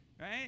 Right